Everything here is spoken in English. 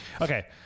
Okay